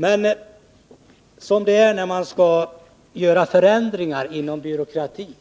Men som alltid när man skall göra förändringar inom byråkratin